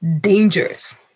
dangerous